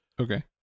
Okay